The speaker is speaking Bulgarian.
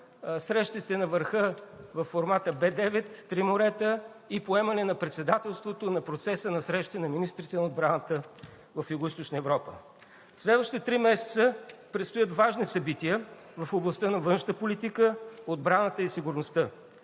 срещите на върха във формата Б9, „Три морета“ и поемане на председателството на процеса на срещи на министрите на отбраната в Югоизточна Европа. В следващите три месеца предстоят важни събития в областта на външната политика, отбраната и сигурността.